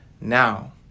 now